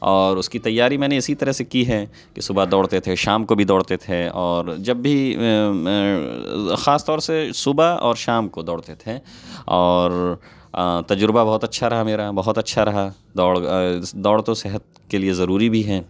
اور اس کی تیاری میں نے اسی طرح سے کی ہے کہ صبح دوڑتے تھے شام کو بھی دوڑتے تھے اور جب بھی خاص طور سے صبح اور شام کو دوڑتے تھے اور تجربہ بہت اچھا رہا میرا بہت اچھا رہا دوڑ آ دوڑ تو صحت کے لیے ضروری بھی ہے